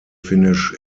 finnish